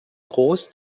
groß